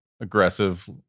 aggressive